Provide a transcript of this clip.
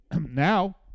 now